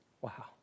Wow